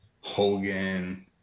Hogan